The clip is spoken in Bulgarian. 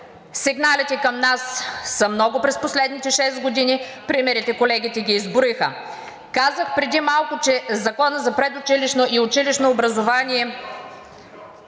Сигналите към нас са много през последните шест години. Примерите колегите ги изброиха. Казах преди малко, че Законът за предучилищното и училищното образование